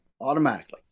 automatically